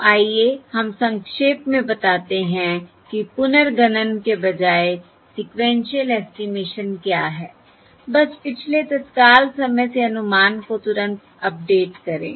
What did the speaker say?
तो आइए हम संक्षेप में बताते हैं कि पुनर्गणन के बजाय सीक्वेन्शिअल एस्टिमेशन क्या है बस पिछले तत्काल समय से अनुमान को तुरंत अपडेट करें